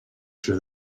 sure